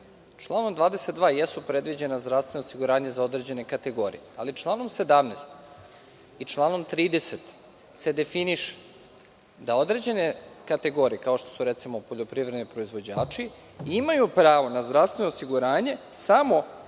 Članom 22. jesu predviđena zdravstvena osiguranja za određene kategorije, ali članom 17. i članom 30. se definiše da određene kategorije, kao što su recimo poljoprivredni proizvođači, imaju pravo na zdravstveno osiguranje samo